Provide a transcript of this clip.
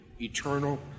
eternal